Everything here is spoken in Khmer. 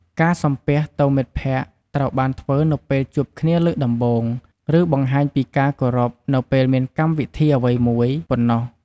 ការសំពះទៅមិត្តភក្តិត្រូវបានធ្វើនៅពេលជួបគ្នាលើកដំបូង ឬ បង្ហាញពីការគោរពនៅពេលមានកម្មវិធីអ្វីមួយប៉ុណ្ណោះ។